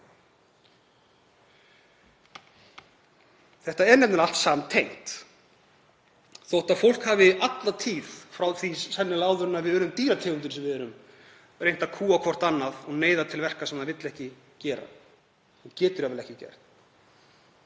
Þetta er nefnilega allt samtengt. Þótt fólk hafi alla tíð, frá því sennilega áður en við urðum dýrategundin sem við erum, reynt að kúga hvert annað og neyða til verka sem það vill ekki vinna og getur jafnvel ekki